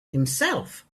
himself